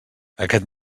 aquest